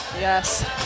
Yes